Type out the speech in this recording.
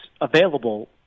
available